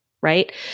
right